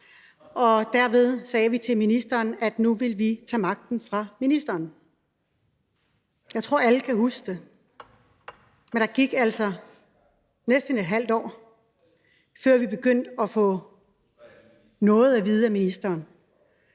og derfor sagde vi til ministeren, at nu ville vi tage magten fra ministeren. Jeg tror, alle kan huske det, men der gik altså næsten et halvt år, før vi begyndte at få noget at vide af ministeren.